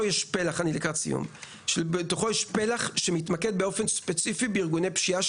יש פלח שמתמקד באופן ספציפי בארגוני פשיעה,